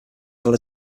are